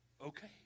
okay